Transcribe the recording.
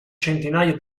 centinaia